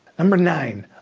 number nine,